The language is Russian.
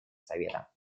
совета